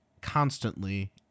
constantly